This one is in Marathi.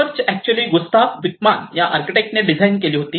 चर्च अॅक्च्युअली गुस्ताफ विक्मान या आर्किटेक्ट ने डिझाईन केली होती